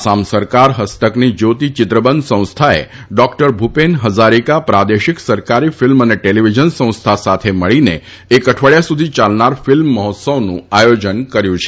આસામ સરકાર હસ્તકની જયોતી ચિત્રબન સંસ્થાએ ડોકટર ભુપેન હજારીકા પ્રાદેશિક સરકારી ફિલ્મ અને ટેલીવીઝન સંસ્થા સાથે મળીને એક અઠવાડીયા સુધી યાલનાર ફિલ્મ મહોત્સવનું આયોજન કર્યુ છે